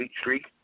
streak